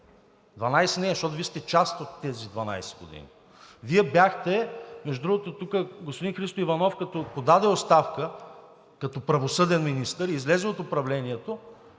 12 не е, защото Вие сте част от тези 12 години. Между другото, тук господин Христо Иванов, като подаде оставка като правосъден министър, излезе от управлението